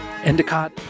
Endicott